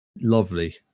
lovely